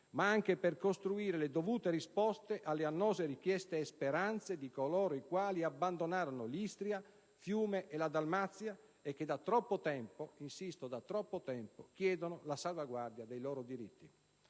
ma anche per costruire le dovute risposte alle annose richieste e speranze di coloro i quali abbandonarono l'Istria, Fiume e la Dalmazia e che da troppo tempo - lo sottolineo - chiedono la salvaguardia dei loro diritti.